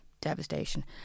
devastation